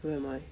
where am I